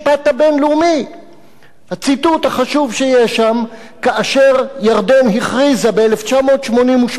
הציטוט החשוב שיש שם: כאשר ירדן הכריזה ב-1988 שאינה רואה עצמה